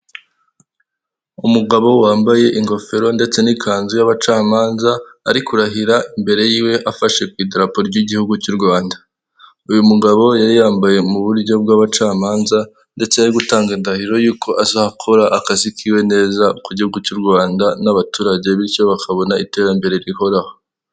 Umugabo wambaye ingofero ndetse n'ikanzu y'abacamanza ari kurahira mbere yiwe afashe ku idarapo ry'igihugu cy'u Rwanda. Uyu mugabo yari yambaye mu buryo bw'abacamanza ndetse ari gutanga indahiro y'uko azakora akazi kiwe neza ku gihugu cy'u Rwanda n'abaturage bityo bakabona iterambere rihoraho.